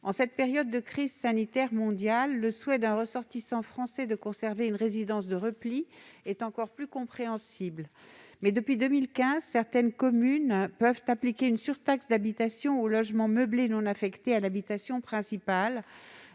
En cette période de crise sanitaire mondiale, le souhait d'un ressortissant français de conserver une « résidence de repli » est encore plus compréhensible. Mais, depuis 2015, certaines communes peuvent appliquer une surtaxe d'habitation aux logements meublés non affectés à l'habitation principale.